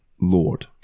Lord